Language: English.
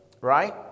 Right